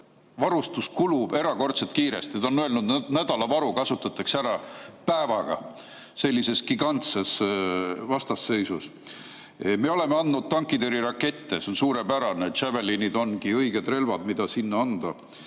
varustus kulub erakordselt kiiresti. Ta on öelnud, et nädala varu kasutatakse ära päevaga sellises gigantses vastasseisus. Me oleme andnud tankitõrjerakette, see on suurepärane, Javelinid ongi õiged relvad, mida sinna anda.